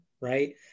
right